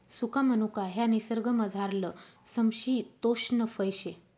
सुका मनुका ह्या निसर्गमझारलं समशितोष्ण फय शे